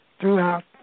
throughout